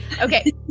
Okay